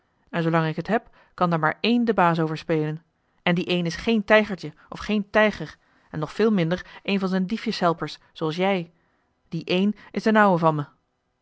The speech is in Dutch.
en zoolang ik t heb kan daar maar één den baas over spelen en die een is geen tijgertje of geen tijger nog veel minder een van z'n diefjeshelpers zooals jij die één is d'n ouwe van me